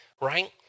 right